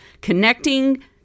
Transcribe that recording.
connecting